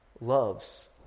loves